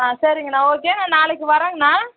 ஆ சரிங்கண்ணா ஓகே நாளைக்கு வரங்க அண்ணா